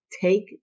Take